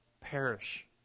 perish